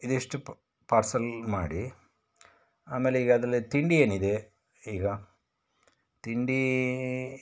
ಇದಿಷ್ಟು ಪ್ ಪಾರ್ಸಲ್ ಮಾಡಿ ಆಮೇಲೆ ಈಗ ಅದರಲ್ಲಿ ತಿಂಡಿ ಏನಿದೆ ಈಗ ತಿಂಡಿ